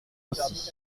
aussi